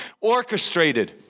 orchestrated